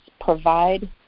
provide